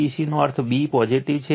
Vbc નો અર્થ b positive છે